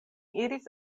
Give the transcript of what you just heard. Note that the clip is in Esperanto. iris